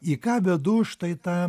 į ką bedu štai tą